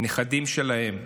הנכדים שלהם,